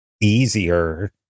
easier